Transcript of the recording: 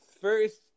first